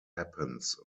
happens